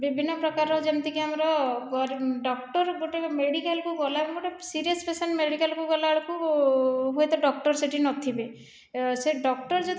ବିଭିନ୍ନ ପ୍ରକାରର ଯେମିତିକି ଆମର ଡକ୍ଟର ଗୋଟିଏ ମେଡିକାଲକୁ ଗଲା ଗୋଟିଏ ସିରିଅସ୍ ପେସେଣ୍ଟ ମେଡିକାଲକୁ ଗଲାବେଳକୁ ହୁଏତ ଡକ୍ଟର ସେଠି ନଥିବେ ସେ ଡକ୍ଟର ଯଦି